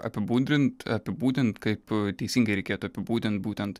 apibūdint apibūdint kaip teisingai reikėtų apibūdint būtent